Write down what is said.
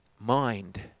mind